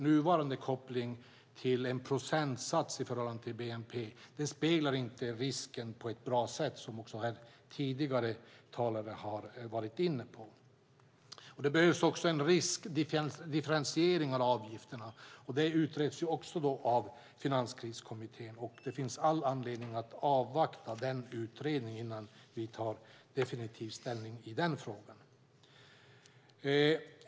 Nuvarande koppling till en procentsats i förhållande till bnp speglar inte risken på ett bra sätt, som också tidigare talare har varit inne på. Det behövs också en riskdifferentiering av avgifterna. Det utreds också av Finanskriskommittén, och det finns all anledning att avvakta utredningen innan vi tar definitiv ställning i den frågan.